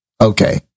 Okay